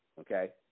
Okay